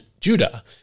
Judah